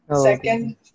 Second